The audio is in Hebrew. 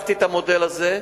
לקחתי את המודל הזה,